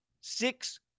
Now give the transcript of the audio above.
six